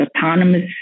autonomous